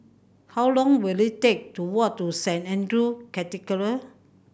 how long will it take to walk to Saint Andrew's Cathedral